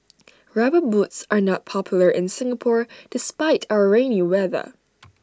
rubber boots are not popular in Singapore despite our rainy weather